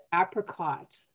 apricot